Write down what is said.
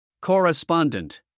Correspondent